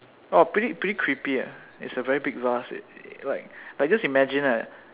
!wah! pretty pretty creepy ah its a very big vase like like just imagine lah